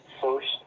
first